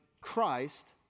Christ